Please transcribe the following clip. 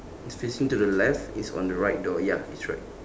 it's facing to the left it's on the right door ya it's right